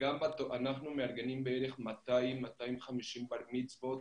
גם אנחנו מארגנים בערך 250-200 בר מצוות